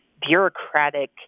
bureaucratic